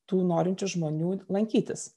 tų norinčių žmonių lankytis